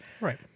Right